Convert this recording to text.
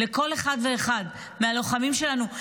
לכל אחד ואחד מהלוחמים שלנו,